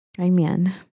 Amen